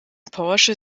porsche